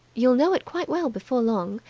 you'll know it quite well before long.